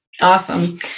Awesome